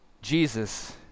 Jesus